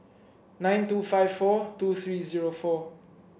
nine two five four two three zero four